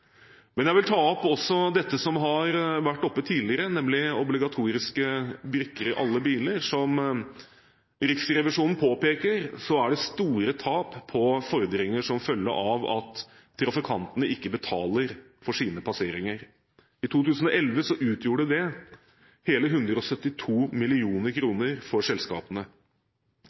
Men jeg vil også ta opp dette som har vært oppe tidligere, nemlig obligatoriske brikker i alle biler. Som Riksrevisjonen påpeker, er det store tap på fordringer som følge av at trafikantene ikke betaler for sine passeringer. I 2011 utgjorde det hele 172 mill. kr for selskapene.